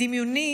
בדמיוני